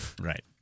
Right